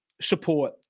support